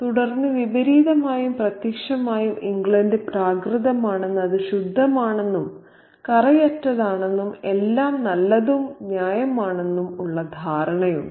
തുടർന്ന് വിപരീതമായും പ്രത്യക്ഷമായും ഇംഗ്ലണ്ട് പ്രാകൃതമാണെന്നും അത് ശുദ്ധമാണെന്നും കറയറ്റതാണെന്നും എല്ലാം നല്ലതും ന്യായമാണെന്നും ഉള്ള ധാരണയുണ്ട്